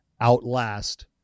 outlast